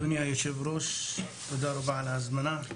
תודה רבה על ההזמנה.